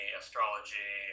astrology